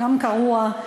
גם קרוע,